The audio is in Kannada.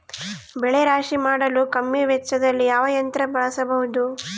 ಬೆಳೆ ರಾಶಿ ಮಾಡಲು ಕಮ್ಮಿ ವೆಚ್ಚದಲ್ಲಿ ಯಾವ ಯಂತ್ರ ಬಳಸಬಹುದು?